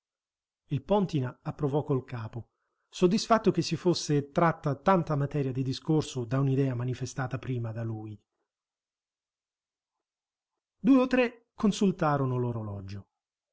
il póntina approvò col capo soddisfatto che si fosse tratta tanta materia di discorso da un'idea manifestata prima da lui due o tre consultarono l'orologio